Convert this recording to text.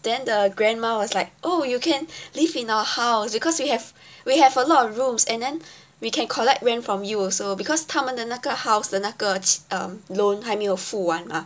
then the grandma was like oh you can live in our house because we have we have a lot of rooms and then we can collect rent from you also because 他们的那个 house 的那个 loan 还没有付完吗